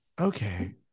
okay